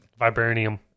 Vibranium